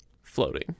floating